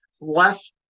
less